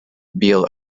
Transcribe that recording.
beal